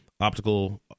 optical